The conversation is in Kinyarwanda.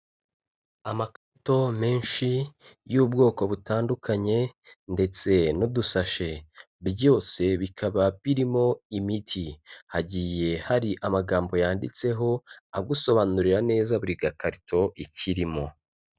Amakarito menshi y'ubwoko butandukanye ndetse n'udusashe, byose bikaba birimo imiti, hagiye hari amagambo yanditseho agusobanurira neza buri gakarito ikirimo.